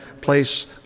place